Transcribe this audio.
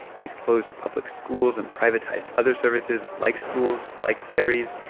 he's closed public schools and privatized other services like schools, like ferries.